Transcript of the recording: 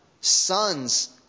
sons